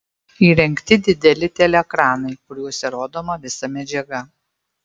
įrengti dideli teleekranai kuriuose rodoma visa medžiaga